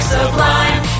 Sublime